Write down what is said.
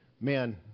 man